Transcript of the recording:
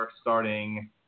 starting